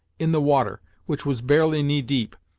in the water, which was barely knee deep,